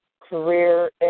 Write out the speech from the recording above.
career